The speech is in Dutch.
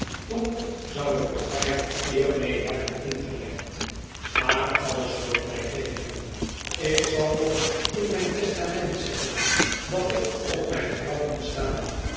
toen zou ik er bijna eer mee hebben ingelegd maar alles loopt mij tegen ik zal nog in mijn testament zetten dat er op mijn graf moet staan